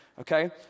Okay